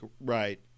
right